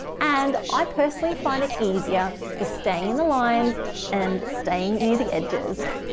and i personally find it easier for staying in the lines and staying near the edges.